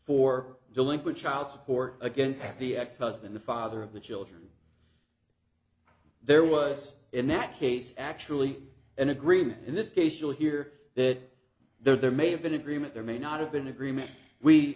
for delinquent child support against the ex husband the father of the children there was in that case actually an agreement in this case to hear that there may have been agreement there may not have been agreement we